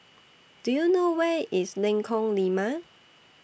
Do YOU know Where IS Lengkong Lima